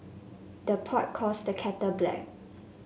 the pot calls the kettle black